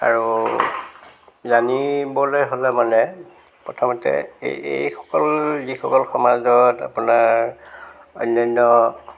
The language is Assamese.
আৰু জানিবলৈ হ'লে মানে প্ৰথমতে এই এইসকল যিসকল সমাজত আপোনাৰ অন্য়ান্য়